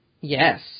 Yes